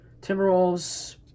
Timberwolves